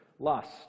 Lust